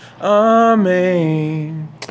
Amen